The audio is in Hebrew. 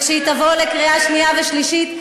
וכשהיא תבוא לקריאה שנייה ושלישית,